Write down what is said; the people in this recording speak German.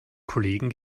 kollegen